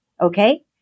okay